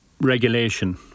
regulation